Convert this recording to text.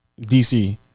DC